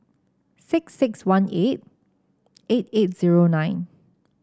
six six one eight eight eight zero nine